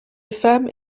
femmes